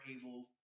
able